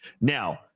Now